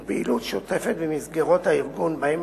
ופעילות שוטפת במסגרות הארגון שבהן